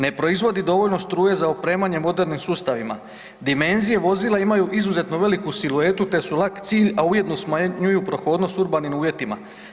Ne proizvodi dovoljno struje za opremanje modernim sustavima, dimenzije vozila imaju izuzetnu veliku siluetu te su lak cilj a ujedno smanjuju prohodnost u urbanim uvjetima.